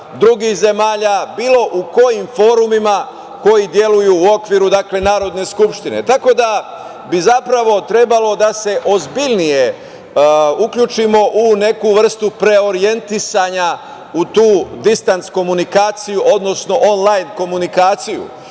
drugih zemalja, bilo u kojim forumima koji deluju u okviru Narodne skupštine. Tako da bi zapravo trebalo ozbiljnije da se uključimo u neku vrstu preorijentisanja u tu distans komunikaciju, odnosno onlajn komunikaciju. Zato